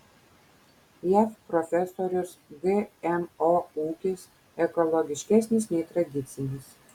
jav profesorius gmo ūkis ekologiškesnis nei tradicinis